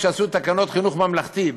כשעשו את תקנות חינוך ממלכתי,